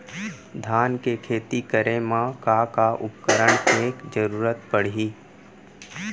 धान के खेती करे मा का का उपकरण के जरूरत पड़हि?